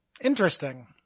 Interesting